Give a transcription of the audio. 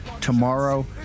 tomorrow